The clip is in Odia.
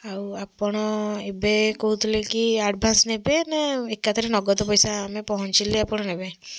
ଆଉ ଆପଣ ଏବେ କହୁଥିଲେ କି ଆଡ଼ଭାନ୍ସ୍ ନେବେ ନା ଏକାଥରେ ନଗଦ ପଇସା ଆମେ ପହଞ୍ଚିଲେ ଆପଣ ନେବେ